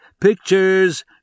Pictures